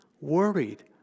worried